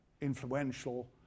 influential